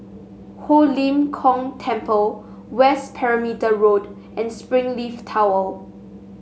Ho Lim Kong Temple West Perimeter Road and Springleaf Tower